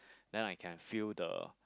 then I can feel the